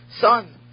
son